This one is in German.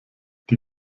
die